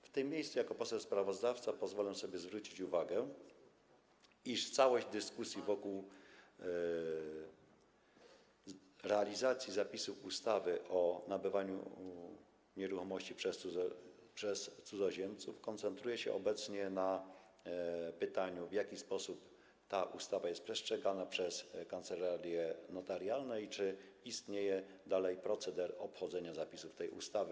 W tym miejscu jako poseł sprawozdawca pozwolę sobie zwrócić uwagę, iż całość dyskusji wokół realizacji zapisów ustawy o nabywaniu nieruchomości przez cudzoziemców koncentruje się obecnie na pytaniu, w jaki sposób ta ustawa jest przestrzegana przez kancelarie notarialne i czy istnieje dalej proceder obchodzenia zapisów tej ustawy.